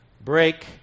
Break